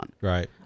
Right